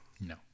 No